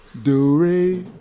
do-re.